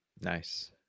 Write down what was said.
Nice